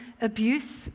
abuse